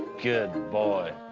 good boy!